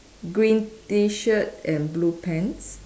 green T shirt and blue pants